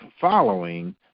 following